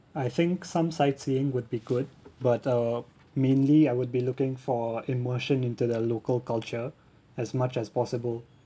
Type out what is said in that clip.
I think some sightseeing would be good but uh mainly I would be looking for immersion into the local culture as much as possible